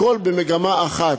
הכול במגמה אחת,